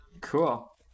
cool